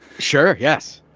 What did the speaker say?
sure. yes.